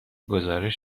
گزارش